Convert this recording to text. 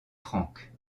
franque